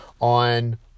on